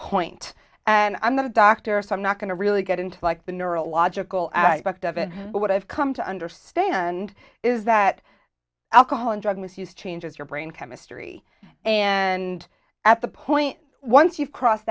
point and i'm not a doctor so i'm not going to really get into like the neurological effects of it but what i've come to understand is that alcohol and drug misuse changes your brain chemistry and at the point once you've crossed